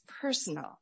personal